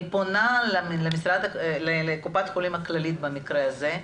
אני פונה לקופת חולים הכללית במקרה הזה,